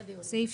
היועצת המשפטית,